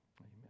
Amen